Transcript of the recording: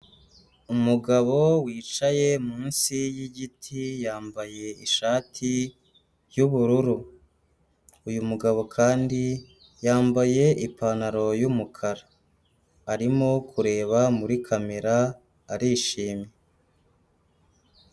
Umugabo wicaye munsi y'igiti yambaye ishati y'ubururu, uyu mugabo kandi yambaye ipantaro y'umukara, arimo kureba muri kamera arishimye.